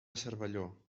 cervelló